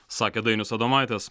sakė dainius adomaitis